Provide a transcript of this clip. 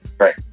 right